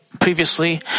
Previously